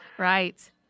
Right